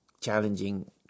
challenging